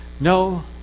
No